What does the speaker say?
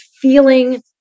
feeling